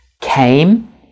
came